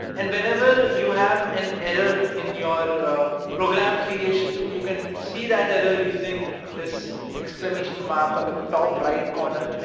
and whenever you have an error in your program creation, you can see that there are using this exclamation mark on the top right corner,